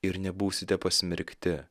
ir nebūsite pasmerkti